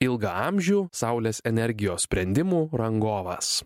ilgaamžių saulės energijos sprendimų rangovas